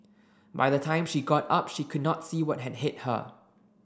by the time she got up she could not see what had hit her